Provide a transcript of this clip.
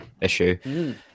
issue